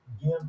give